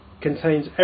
contains